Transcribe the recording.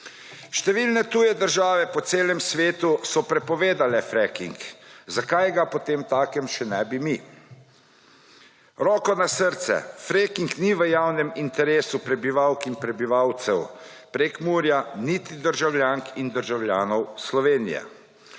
Številne tuje države po celem svetu so prepovedale fracking, zakaj ga potemtakem ne bi še mi. Roko na srce, fracking ni v javnem interesu prebivalk in prebivalcev Prekmurja niti državljank in državljanov Slovenije.